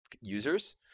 users